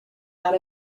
out